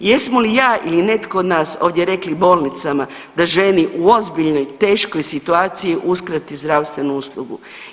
Jesmo li ja ili netko od nas ovdje rekli bolnicama da ženi u ozbiljnoj teškoj situaciji uskrati zdravstvenu uslugu?